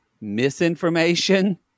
misinformation